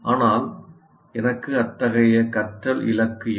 ஆனால் எனக்கு அத்தகைய கற்றல் இலக்கு இல்லை